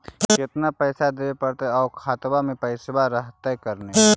केतना पैसा देबे पड़तै आउ खातबा में पैसबा रहतै करने?